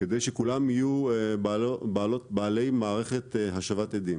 כדי שכולם יהיו בעלי מערכת השבת אדים.